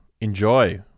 enjoy